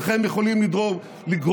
אינכם יכולים לגרום,